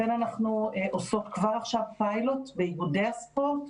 לכן אנחנו עושות כבר עכשיו פיילוט באיגודי הספורט,